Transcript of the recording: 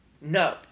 no